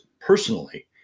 personally